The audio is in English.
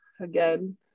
again